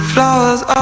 Flowers